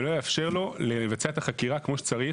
ולא יאפשר לו לבצע את החקירה של העובדות כמו שצריך.